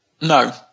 No